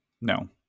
no